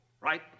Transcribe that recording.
right